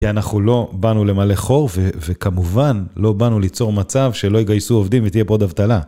כי אנחנו לא בנו למלא חור, וכמובן לא בנו ליצור מצב שלא יגייסו עובדים ותהיה פה עוד אבטלה.